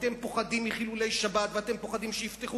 אתם פוחדים מחילולי שבת ואתם פוחדים שיפתחו